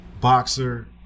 boxer